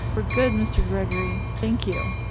we're good, mr. gregory. thank you.